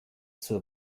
zur